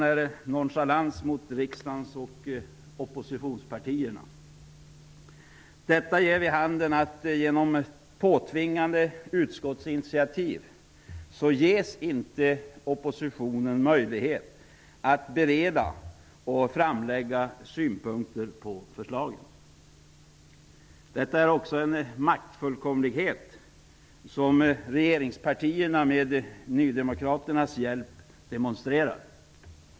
Detta är en nonchalans mot riksdagen och oppositionspartierna. Detta ger vid handen att oppositionen genom påtvingade utskottsinitiativ inte ges möjlighet att bereda och framlägga synpunkter på förslagen. Detta är också en maktfullkomlighet som regeringspartierna med nydemokraternas hjälp demonstrerar.